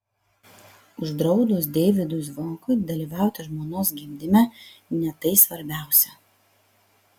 uždraudus deivydui zvonkui dalyvauti žmonos gimdyme ne tai svarbiausia